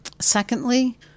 Secondly